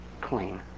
clean